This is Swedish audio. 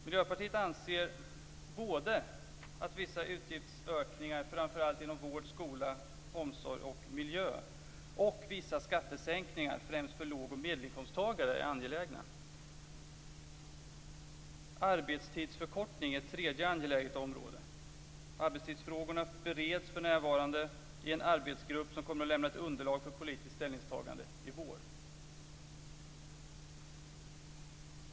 Miljöpartiet anser att såväl vissa utgiftsökningar, framför allt inom vård, skola och miljö, som vissa skattesänkningar, främst för låg och medelinkomsttagare, är angelägna. Arbetstidsförkortningen är ett tredje angeläget område. Arbetstidsfrågorna bereds för närvarande i en arbetsgrupp som kommer att lämna ett underlag för ett politiskt ställningstagande till våren.